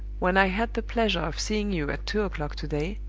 when i had the pleasure of seeing you at two o'clock to-day,